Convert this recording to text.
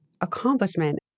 accomplishment